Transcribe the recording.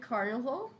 Carnival